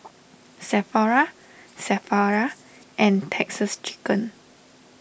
Sephora Sephora and Texas Chicken